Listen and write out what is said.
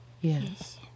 Yes